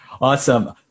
Awesome